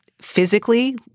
physically